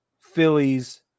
Phillies